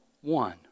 one